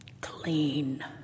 clean